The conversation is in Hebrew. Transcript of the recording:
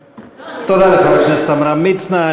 תודה לחבר הכנסת עמרם מצנע.